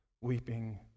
weeping